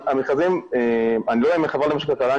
אני לא יודע אם המשכ"ל,